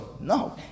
No